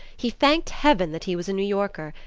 he thanked heaven that he was a new yorker,